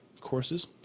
courses